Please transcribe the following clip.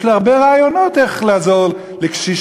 יש לי הרבה רעיונות איך לעזור לקשישים,